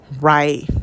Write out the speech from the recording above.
right